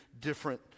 different